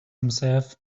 himself